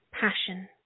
passion